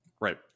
right